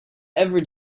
ever